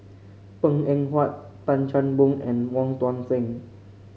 Png Eng Huat Tan Chan Boon and Wong Tuang Seng